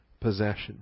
possession